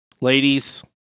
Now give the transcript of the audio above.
ladies